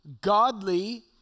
godly